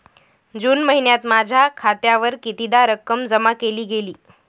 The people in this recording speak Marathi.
जून महिन्यात माझ्या खात्यावर कितीदा रक्कम जमा केली गेली?